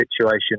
situation